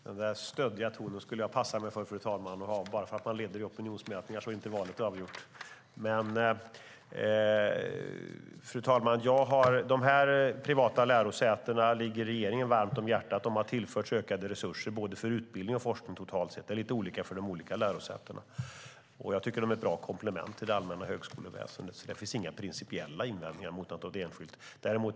Fru talman! Den där stöddiga tonen skulle jag passa mig för. Bara för att man leder i opinionsmätningar är inte valet avgjort. De privata lärosätena ligger regeringen varmt om hjärtat. De har tillförts ökade resurser både för utbildning och för forskning. Det är lite olika för de olika lärosätena. Jag tycker att de är ett bra komplement till det allmänna högskoleväsendet, och det finns inga principiella invändningar mot att de är enskilda.